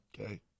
Okay